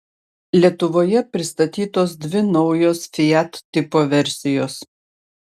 lietuvoje pristatytos dvi naujos fiat tipo versijos